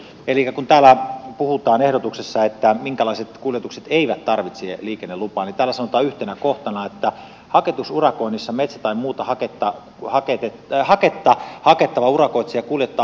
elikkä kun täällä ehdotuksessa puhutaan että minkälaiset kuljetukset eivät tarvitse liikennelupaa niin täällä sanotaan yhtenä kohtana että haketusurakoinnissa metsä tai muuta haketta hakettava urakoitsija kuljettaa haketusmateriaalin